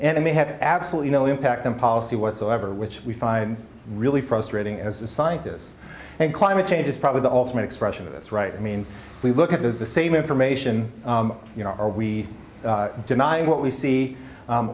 and they have absolutely no impact on policy whatsoever which we find really frustrating as a sign is and climate change is probably the ultimate expression of this right i mean we look at the same information you know are we denying what we see